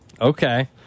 okay